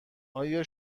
آیا